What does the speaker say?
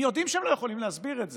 הם יודעים שהם לא יכולים להסביר את זה,